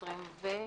יש מישהו נגד?